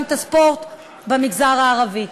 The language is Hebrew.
גם את הספורט במגזר הערבי.